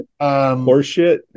horseshit